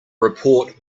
report